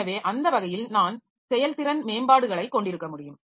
எனவே அந்த வகையில் நான் செயல்திறன் மேம்பாடுகளைக் கொண்டிருக்க முடியும்